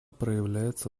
проявляется